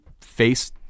face